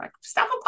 stop